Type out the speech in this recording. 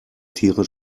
tiere